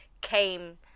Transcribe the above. came